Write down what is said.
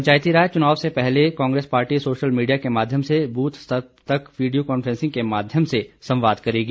पंचायती राज चुनाव से पहले कांग्रेस पार्टी सोशल मीडिया के माध्यम से बूथ स्तर तक वीडियो कॉन्फ्रेंसिंग के माध्यम से संवाद करेगी